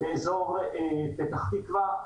באזור פתח-תקווה,